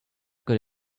good